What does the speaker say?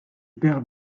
père